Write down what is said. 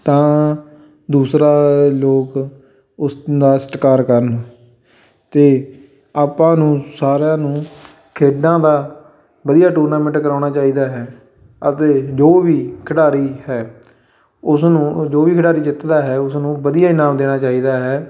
ਤਾਂ ਦੂਸਰਾ ਲੋਕ ਉਸ ਦਾ ਸਤਿਕਾਰ ਕਰਨ ਅਤੇ ਆਪਾਂ ਨੂੰ ਸਾਰਿਆਂ ਨੂੰ ਖੇਡਾਂ ਦਾ ਵਧੀਆ ਟੂਰਨਾਮੈਂਟ ਕਰਵਾਉਣਾ ਚਾਹੀਦਾ ਹੈ ਅਤੇ ਜੋ ਵੀ ਖਿਡਾਰੀ ਹੈ ਉਸਨੂੰ ਜੋ ਵੀ ਖਿਡਾਰੀ ਜਿੱਤਦਾ ਹੈ ਉਸ ਨੂੰ ਵਧੀਆ ਇਨਾਮ ਦੇਣਾ ਚਾਹੀਦਾ ਹੈ